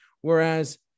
Whereas